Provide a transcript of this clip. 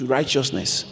righteousness